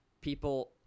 people